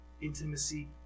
intimacy